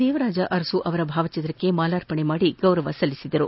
ದೇವರಾಜು ಅರಸು ಅವರ ಭಾವಚಿತ್ರಕ್ಕೆ ಮಾಲಾರ್ಪಣೆ ಮಾಡಿ ಗೌರವ ಸಲ್ಲಿಸಿದರು